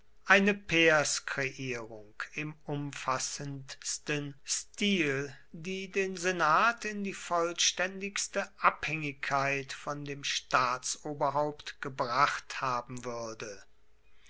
eine pairskreierung im umfassendsten stil die den senat in die vollständigste abhängigkeit von dem staatsoberhaupt gebracht haben würde